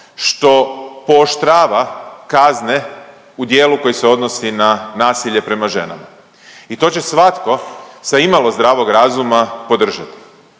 što pooštrava kazne u dijelu koje se odnosi na nasilje prema ženama i to će svatko sa imalo zdravog razuma podržati.